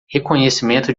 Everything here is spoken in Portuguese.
reconhecimento